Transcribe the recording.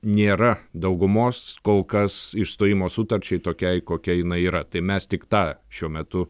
nėra daugumos kol kas išstojimo sutarčiai tokiai kokia jinai yra tai mes tik tą šiuo metu